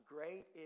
Great